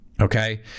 Okay